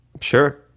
Sure